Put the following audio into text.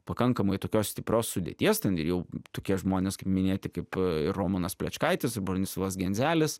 pakankamai tokios stiprios sudėties ten ir jau tokie žmonės kaip minėti kaip ir romanas plečkaitis ir bronislovas genzelis